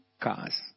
cars